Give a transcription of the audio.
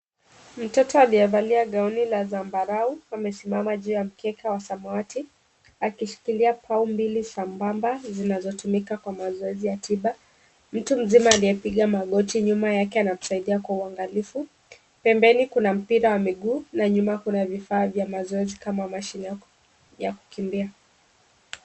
Mtoto aliyevalia gauni la zambarau amesimama juu ya mkeka wa samawati akishikilia pau mbili sambamba zinazotumika kwa mazoezi ya tiba. Mtu mzima aliyepiga magoti nyuma yake anamsaidia kwa uangalifu. Pembeni kuna mpira wa miguu na nyuma kuna vifaa vya mazoezi kama mashini ya kukimbia.